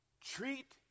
Treat